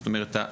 זאת אומרת,